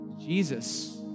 Jesus